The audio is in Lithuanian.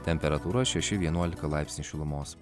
temperatūra šeši vienuolika laipsnių šilumos